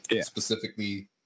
specifically